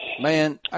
man